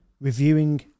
reviewing